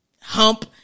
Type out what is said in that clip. hump